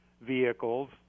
vehicles